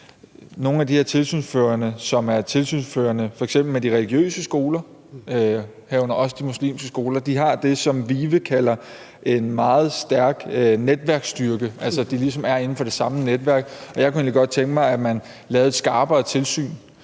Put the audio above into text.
nogle af de her tilsynsførende, som fører tilsyn med f.eks. de religiøse skoler, herunder også de muslimske skoler, har det, som VIVE kalder en meget stærk netværksstyrke, altså at de ligesom er inden for det samme netværk. Og jeg kunne egentlig godt tænke mig, at man lavede et skarpere tilsyn,